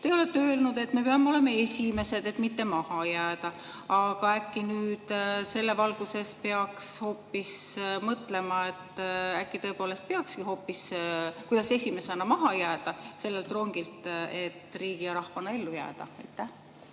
Te olete öelnud, et me peame olema esimesed, et mitte maha jääda. Aga äkki nüüd selle valguses peaks hoopis mõtlema, kuidas esimesena maha jääda sellelt rongilt, et riigi ja rahvana ellu jääda?